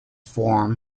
form